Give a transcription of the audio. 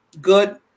good